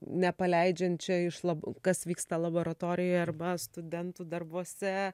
nepaleidžiant čia iš lab kas vyksta laboratorijoje arba studentų darbuose